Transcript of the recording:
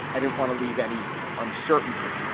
i didn't want to leave any uncertainty.